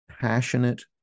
passionate